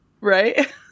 Right